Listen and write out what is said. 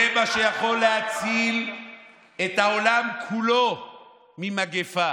זה מה שיכול להציל את העולם כולו ממגפה.